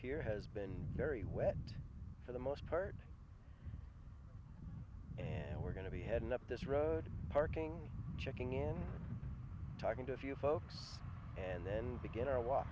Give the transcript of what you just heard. here has been very wet for the most part and we're going to be heading up this road parking checking in and talking to a few folks and then begin our wa